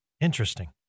Interesting